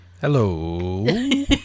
Hello